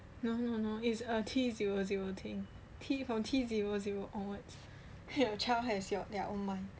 no no no it's a T zero zero thing T from T zero zero onwards your child has your alma